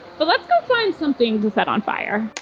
but, let's go find something to set on fire.